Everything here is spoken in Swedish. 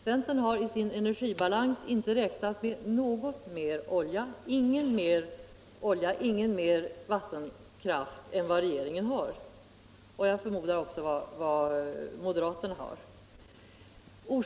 Centern har i sin energibalans inte räknat med mer olja eller mer vattenkraft än vad regeringen — och jag förmodar också moderaterna — har gjort.